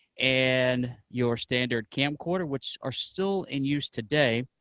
and your standard camcorder, which are still in use today.